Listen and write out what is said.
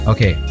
Okay